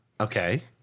Okay